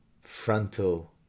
frontal